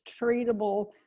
treatable